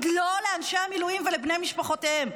לא לאנשי המילואים ולבני משפחותיהם?